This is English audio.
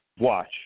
Watch